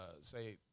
say